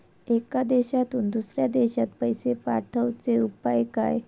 एका देशातून दुसऱ्या देशात पैसे पाठवचे उपाय काय?